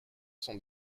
sont